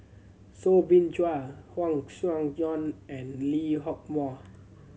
Soo Bin Chua Huang Joan and Lee Hock Moh